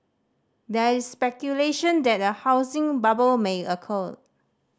there is speculation that a housing bubble may occur